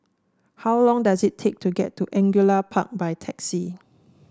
how long does it take to get to Angullia Park by taxi